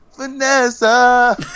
Vanessa